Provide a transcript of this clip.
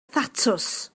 thatws